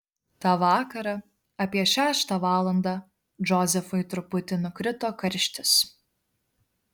tą vakarą apie šeštą valandą džozefui truputį nukrito karštis